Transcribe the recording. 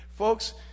Folks